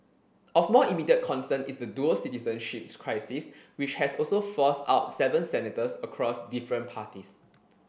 of more immediate concern is the dual citizenship crisis which has also forced out seven senators across different parties